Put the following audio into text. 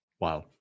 Wow